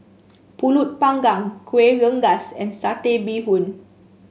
pulut Panggang Kueh Rengas and Satay Bee Hoon